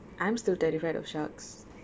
I'm still terrified of sharks